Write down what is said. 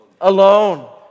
Alone